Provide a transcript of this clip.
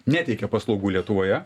neteikia paslaugų lietuvoje